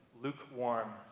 lukewarm